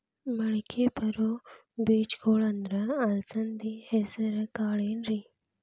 ಮಳಕಿ ಬರೋ ಬೇಜಗೊಳ್ ಅಂದ್ರ ಅಲಸಂಧಿ, ಹೆಸರ್ ಕಾಳ್ ಏನ್ರಿ?